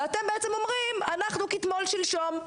ואתם בעצם אומרים - אנחנו כתמול שלשום,